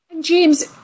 James